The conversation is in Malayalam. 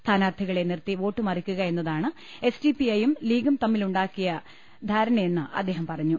സ്ഥാനാർത്ഥികളെ നിർത്തി വോട്ട് മറിക്കുക എന്നതാണ് എസ് ഡി പിഐയും ലീഗും തമ്മിലുണ്ടാക്കായി ധാരണയെന്ന് അദ്ദേഹം പറഞ്ഞു